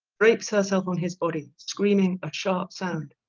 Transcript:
drapes herself on his body screaming a sharp sound,